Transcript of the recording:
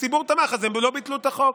הציבור תמך, אז הם לא ביטלו את החוק.